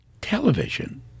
television